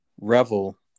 revel